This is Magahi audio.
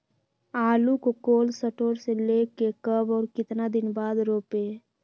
आलु को कोल शटोर से ले के कब और कितना दिन बाद रोपे?